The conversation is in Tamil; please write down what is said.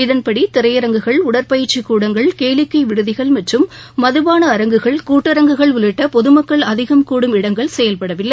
இதன்படி திரையரங்குகள் உடற்பயிற்சிக் கூடங்கள் கேளிக்கை விடுதிகள் மற்றம் மதுபான அரங்குகள் கூட்டரங்குகள் உள்ளிட்ட பொது மக்கள் அதிகம் கூடும் இடங்கள் செயல்படவில்லை